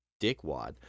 dickwad